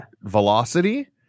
velocity